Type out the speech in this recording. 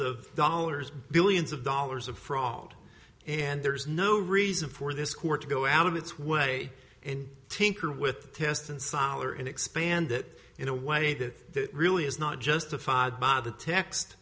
of dollars billions of dollars of fraud and there's no reason for this court to go out of its way and tinker with the test and solider and expand it in a way that really is not justified by the text